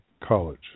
college